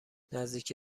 نزدیک